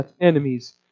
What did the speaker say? enemies